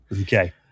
Okay